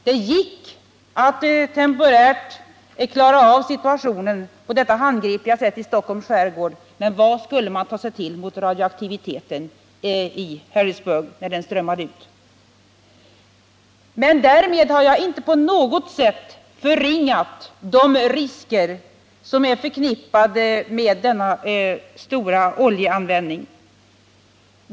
Det gick att temporärt och på detta handgripliga sätt klara av problemet i Stockholms skärgård, men vad skulle man ta sig till mot radioaktiviteten i Harrisburg när den strömmade ut? Därmed har jag inte på något sätt förringat de risker som är förknippade med denna stora oljeanvändning.